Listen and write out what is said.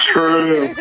True